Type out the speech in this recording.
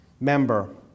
member